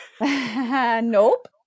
Nope